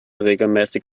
regelmäßig